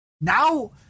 Now